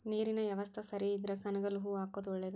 ನೇರಿನ ಯವಸ್ತಾ ಸರಿ ಇದ್ರ ಕನಗಲ ಹೂ ಹಾಕುದ ಒಳೇದ